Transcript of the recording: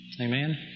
Amen